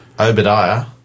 Obadiah